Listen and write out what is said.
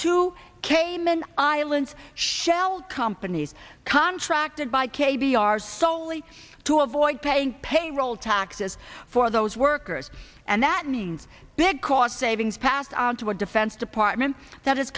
two cayman islands shell companies contracted by k b r solely to avoid paying payroll taxes for those workers and that means big cost savings passed on to a defense department that is